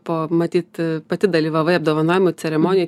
po matyt pati dalyvavai apdovanojimų ceremonijoj